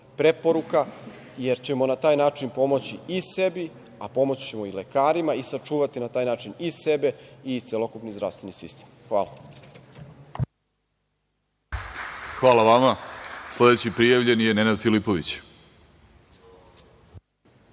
preporuka, jer ćemo na taj način pomoći i sebi, a pomoći ćemo i lekarima i sačuvati na taj način i sebe i celokupni zdravstveni sistem. Hvala. **Vladimir Orlić** Hvala vama. Sledeći prijavljeni je Nenad Filipović.